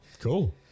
Cool